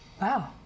Wow